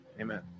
amen